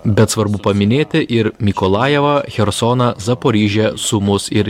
bet svarbu paminėti ir mikolajevą chersoną zaporižę sumus ir